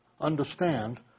understand